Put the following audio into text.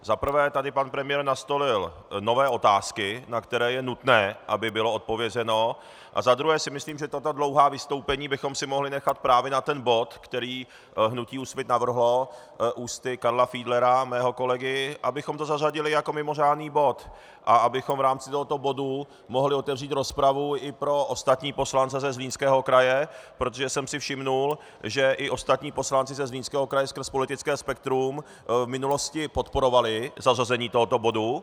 Za prvé tady pan premiér nastolil nové otázky, na které je nutné, aby bylo odpovězeno, a za druhé si myslím, že tato dlouhá vystoupení bychom si mohli nechat právě na ten bod, který hnutí Úsvit navrhovalo ústy Karla Fiedlera, mého kolegy, abychom to zařadili jako mimořádný bod a abychom v rámci tohoto bodu mohli otevřít rozpravu i pro ostatní poslance ze Zlínského kraje, protože jsem si všiml, že i ostatní poslanci ze Zlínského kraje skrz politické spektrum v minulosti podporovali zařazení tohoto bodu.